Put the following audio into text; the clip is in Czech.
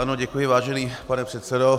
Ano, děkuji, vážený pane předsedo.